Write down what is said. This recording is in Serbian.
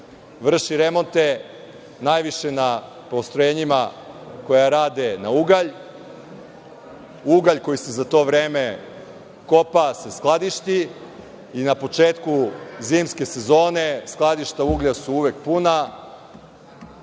vrši remonte najviše na postrojenjima koja rade na ugalj, ugalj koji se za to vreme se kopa se skladišti i na početku zimske sezone skladišta uglja su uvek puna,